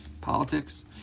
politics